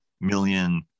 million